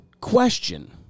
question